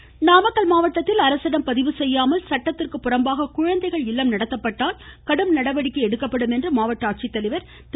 இருவரி நாமக்கல் மாவட்டத்தில் அரசிடம் பதிவு செய்யாமல் சட்டத்திற்கு புறம்பாக குழந்தைகள் இல்லம் நடத்தப்பட்டால் கடும் நடவடிக்கை எடுக்கப்படும் என்று மாவட்ட ஆட்சித்தலைவர் திரு